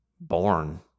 born